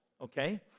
okay